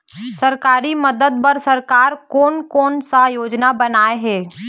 सरकारी मदद बर सरकार कोन कौन सा योजना बनाए हे?